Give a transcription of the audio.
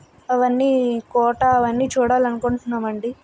అవన్నీ కోటా అవన్నీ చూడాలనుకుంటున్నాం అండి